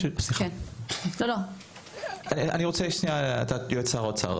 אני רוצה שנייה להיות שר האוצר,